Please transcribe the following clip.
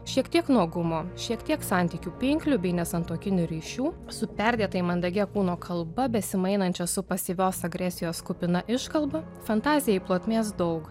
šiek tiek nuogumo šiek tiek santykių pinklių bei nesantuokinių ryšių su perdėtai mandagia kūno kalba besimainančios su pasyvios agresijos kupina iškalba fantazijai plotmės daug